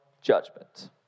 judgment